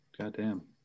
Goddamn